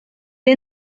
est